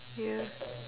ya